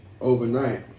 overnight